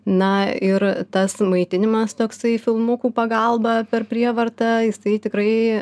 na ir tas maitinimas toksai filmukų pagalba per prievartą jis tai tikrai